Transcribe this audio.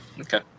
Okay